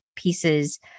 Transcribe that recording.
pieces